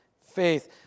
faith